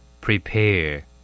Prepare